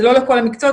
זה לא לכל המקצועות,